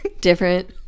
different